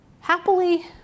Happily